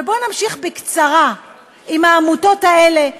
אבל בואו נמשיך בקצרה עם העמותות האלה,